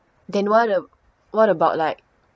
then what ab~ what about like